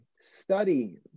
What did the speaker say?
study